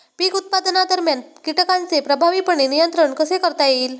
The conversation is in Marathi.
पीक उत्पादनादरम्यान कीटकांचे प्रभावीपणे नियंत्रण कसे करता येईल?